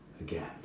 again